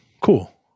cool